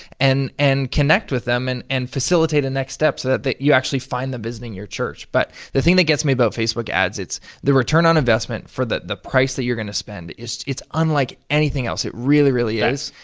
and and connect with them, and and facilitate a next step, so that that you actually find them visiting your church. but, the thing that gets me about facebook ads, it's the return on investment. for the the price that you're gonna spend, it's unlike anything else. it really, really is.